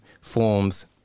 forms